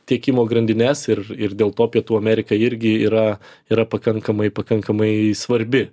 tiekimo grandines ir ir dėl to pietų amerika irgi yra yra pakankamai pakankamai svarbi